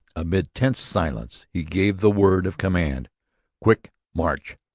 amid tense silence, he gave the word of command quick, march!